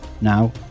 Now